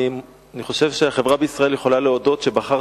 אני חושב שהחברה בישראל יכולה להודות על שבחרת